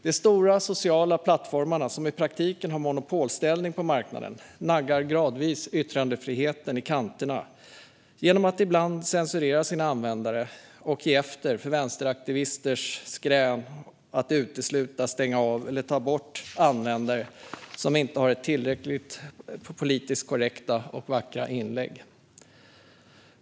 De stora sociala medieplattformarna, som i praktiken har monopolställning på marknaden, naggar gradvis yttrandefriheten i kanterna genom att ibland censurera sina användare och ge efter för vänsteraktivisters skrän om att utesluta, stänga av eller ta bort användare som inte har tillräckligt politiskt korrekta och vackra inlägg.